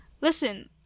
Listen